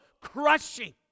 crushing